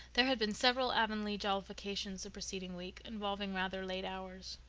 there had been several avonlea jollifications the preceding week, involving rather late hours.